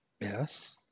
Yes